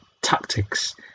tactics